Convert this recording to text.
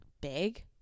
big